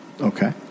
Okay